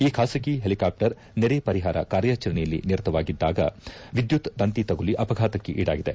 ಈ ಖಾಸಗಿ ಹೆಲಿಕಾಪ್ವರ್ ನೆರೆ ಪರಿಹಾರ ಕಾರ್ಯಾಚರಣೆಯಲ್ಲಿ ನಿರತವಾಗಿದ್ದಾಗ ವಿದ್ಯುತ್ ತಂತಿ ತಗುಲಿ ಅಪಘಾತಕ್ಕೆ ಈಡಾಗಿದೆ